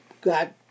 got